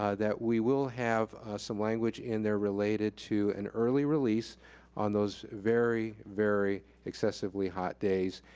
ah that we will have some language in there related to an early release on those very, very excessively hot days.